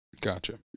Gotcha